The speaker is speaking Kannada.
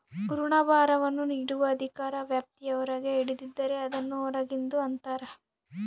ಋಣಭಾರವನ್ನು ನೀಡುವ ಅಧಿಕಾರ ವ್ಯಾಪ್ತಿಯ ಹೊರಗೆ ಹಿಡಿದಿದ್ದರೆ, ಅದನ್ನು ಹೊರಗಿಂದು ಅಂತರ